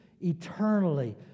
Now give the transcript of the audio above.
eternally